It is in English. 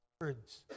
words